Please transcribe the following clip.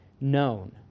known